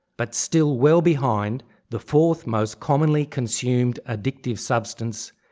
but still well behind the fourth most commonly consumed addictive substance,